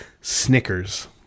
Snickers